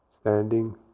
standing